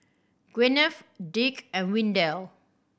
Gwyneth Dick and Windell